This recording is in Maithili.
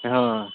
हँ